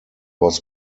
was